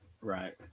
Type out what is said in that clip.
Right